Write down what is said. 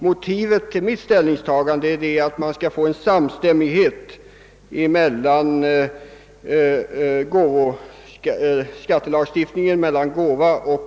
Motivet till mitt ställningstagande är att man bör få samstämmighet mellan arvsbeskattningen och gåvobeskattningen.